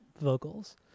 vocals